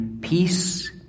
Peace